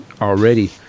already